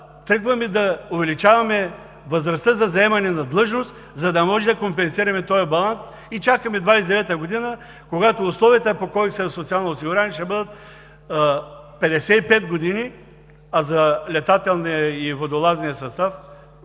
тръгваме да увеличаваме възрастта за заемане на длъжност, за да можем да компенсираме този баланс и чакаме 2029 г., когато условията по Кодекса за социално осигуряване ще бъдат 55 години, а за летателния и водолазния състав